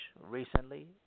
recently